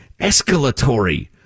escalatory